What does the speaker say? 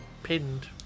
pinned